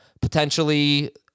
potentially